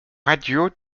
radio